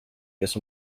kas